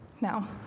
now